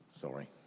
Sorry